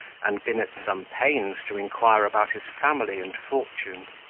and been at some pains to inquire about his family and fortune.